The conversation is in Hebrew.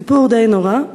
סיפור די נורא.